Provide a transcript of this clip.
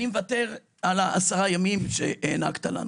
אני מוותר על העשרה ימים שהענקת לנו.